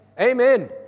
Amen